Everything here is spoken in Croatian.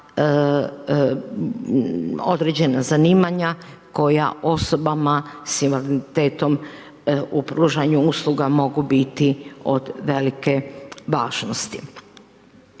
određena zanimanja koja osobama s invaliditetom u pružanju usluga mogu biti od velike važnosti.